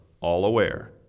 all-aware